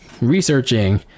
researching